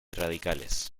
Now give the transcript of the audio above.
radicales